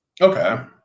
Okay